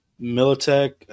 Militech